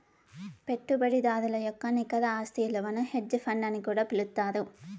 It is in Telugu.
పెట్టుబడిదారుల యొక్క నికర ఆస్తి ఇలువను హెడ్జ్ ఫండ్ అని కూడా పిలుత్తారు